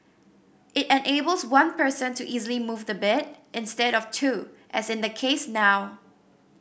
it enables one person to easily move the bed instead of two as in the case now